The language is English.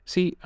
See